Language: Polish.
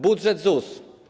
Budżet ZUS.